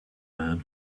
man